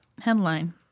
Headline